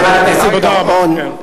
חבר הכנסת בר-און,